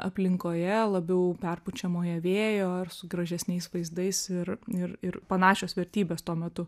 aplinkoje labiau perpučiamoje vėjo ar su gražesniais vaizdais ir ir ir panašios vertybės tuo metu